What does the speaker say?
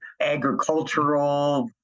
agricultural